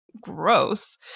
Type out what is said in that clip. gross